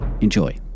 Enjoy